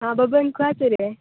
आं बबन खंय आसा रे